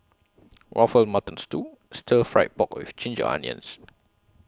Waffle Mutton Stew Stir Fry Pork with Ginger Onions